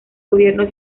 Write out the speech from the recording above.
gobierno